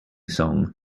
song